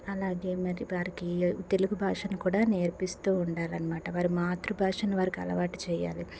అలాగే మరి వారికి తెలుగు భాషను కూడా నేర్పిస్తూ ఉండాలనమాట వారి మాతృ భాషని వారికి అలవాటు చెయ్యాలి